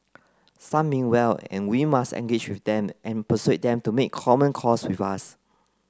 some mean well and we must engage with them and persuade them to make common cause with us